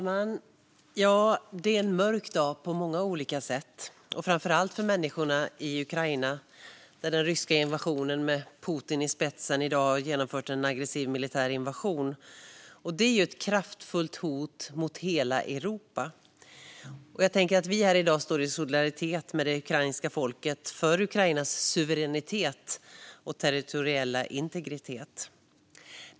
Fru talman! Det är en mörk dag på många olika sätt, framför allt för människorna i Ukraina, där den ryska regimen med Putin i spetsen i dag har genomfört en aggressiv militär invasion. Detta är ett kraftfullt hot mot hela Europa. Vi står här i dag i solidaritet med det ukrainska folket, för Ukrainas suveränitet och territoriella integritet.